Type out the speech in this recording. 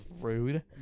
rude